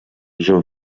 john